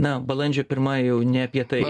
na balandžio pirma jau ne apie tai